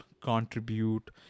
contribute